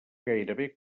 gairebé